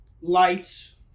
lights